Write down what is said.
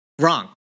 wrong